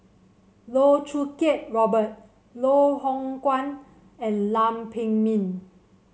Loh Choo Kiat Robert Loh Hoong Kwan and Lam Pin Min